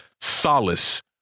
solace